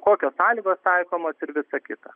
kokios sąlygos taikomos ir visa kita